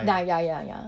ya ya ya ya